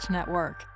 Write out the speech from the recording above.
Network